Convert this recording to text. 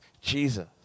Jesus